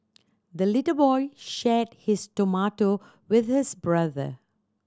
the little boy shared his tomato with his brother